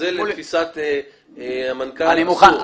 שזה לתפיסת המנכ"ל, אסור.